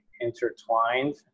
intertwined